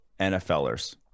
NFLers